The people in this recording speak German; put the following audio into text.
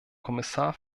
kommissar